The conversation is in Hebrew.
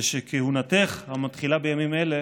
ושכהונתך המתחילה בימים אלה